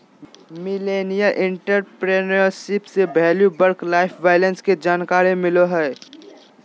millennial entrepreneurship से value work life balance के जानकारी मिलो हय